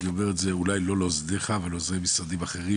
אני אומר את זה אולי לא לאוזניך אבל לאוזני משרדים אחרים,